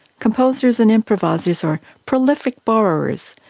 composers and improvisers are prolific borrowers,